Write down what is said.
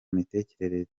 mitekerereze